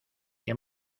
qué